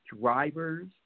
drivers